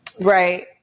Right